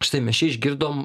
štai mes čia išgirdom